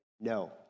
no